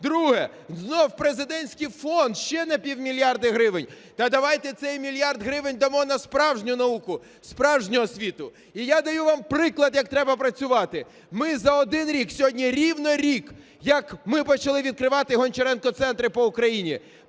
Друге. Знов президентський фонд ще на пів мільярда гривень. Та давайте цей мільярд гривень дамо на справжню науку, справжню освіту. І я даю вам приклад, як треба працювати. Ми за один рік, сьогодні рівно рік, як ми почали відкривати "Гончаренко Центри" по Україні.